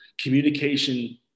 Communication